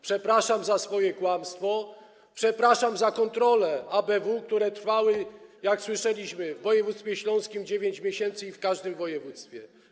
Przepraszam za swoje kłamstwo, przepraszam za kontrole ABW, które trwały, jak słyszeliśmy, w województwie śląskim 9 miesięcy, i w każdym województwie.